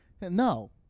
no